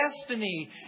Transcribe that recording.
destiny